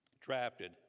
Drafted